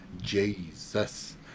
Jesus